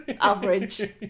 average